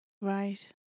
right